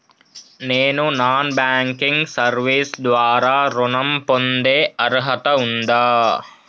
నేను non banking service ద్వారా ఋణం పొందే అర్హత ఉందా?